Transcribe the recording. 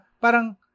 parang